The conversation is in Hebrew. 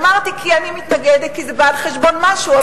אמרתי שאני מתנגדת כי זה בא על-חשבון משהו.